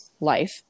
life